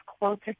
closer